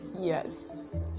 yes